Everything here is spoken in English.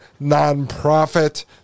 nonprofit